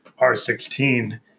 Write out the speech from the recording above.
R16